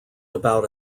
about